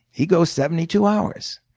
he goes seventy two hours.